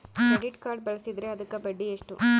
Credit card ಬಳಸಿದ್ರೇ ಅದಕ್ಕ ಬಡ್ಡಿ ಎಷ್ಟು?